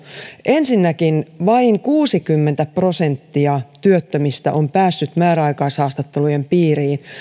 ensinnäkin vain kuusikymmentä prosenttia työttömistä on päässyt määräaikaishaastattelujen piiriin